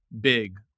big